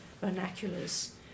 vernaculars